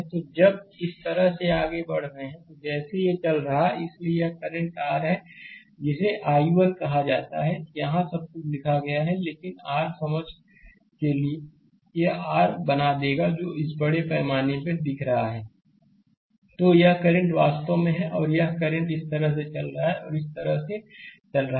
तो यह जब इस तरह से आगे बढ़ रहे हैं जैसे ये चल रहे हैं इसलिए यह करंट r है जिसे I1 कहा जाता है यहां यह सब कुछ लिखा गया है लेकिन r समझ के लिए यह r बना देगा जो इसे बड़े पैमाने पर दिखा रहा है तो यह करंट वास्तव में है और यहकरंटइस तरह से चल रहा है और यह इस तरह से चल रहा है